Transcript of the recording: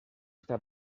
està